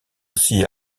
aussi